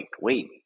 wait